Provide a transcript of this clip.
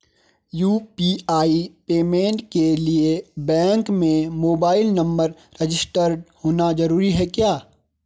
UPI payment के लिए bank में मोबाइल नंबर रजिस्टर्ड होना जरूरी है क्या?